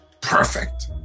perfect